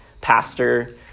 pastor